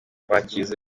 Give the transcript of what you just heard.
bakize